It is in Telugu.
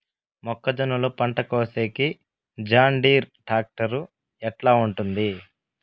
మొక్కజొన్నలు పంట కోసేకి జాన్డీర్ టాక్టర్ ఎట్లా ఉంటుంది?